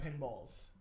pinballs